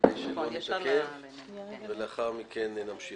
כדי שלא נתעכב ולאחר מכן נמשיך.